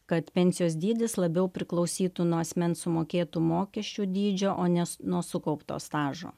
kad pensijos dydis labiau priklausytų nuo asmens sumokėtų mokesčių dydžio o ne nuo sukaupto stažo